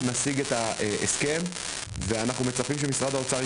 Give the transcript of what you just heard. אנחנו נשיג את ההסכם ואנחנו מצפים שמשרד האוצר ייענה.